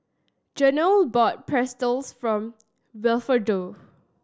Jenelle bought Pretzel form Wilfredo